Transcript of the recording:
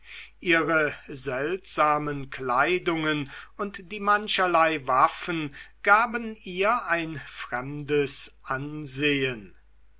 ihre seltsamen kleidungen und die mancherlei waffen gaben ihr ein fremdes ansehen